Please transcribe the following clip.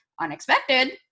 unexpected